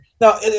Now